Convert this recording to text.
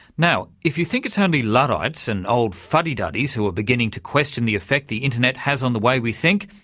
now if you think it's only luddites and old fuddy-duddies who are beginning to question the effect the internet has on the way we think,